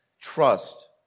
trust